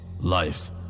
life